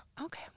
Okay